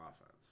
offense